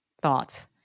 thoughts